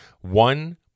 one